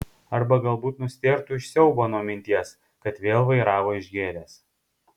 arba galbūt nustėrtų iš siaubo nuo minties kad vėl vairavo išgėręs